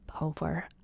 over